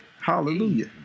Hallelujah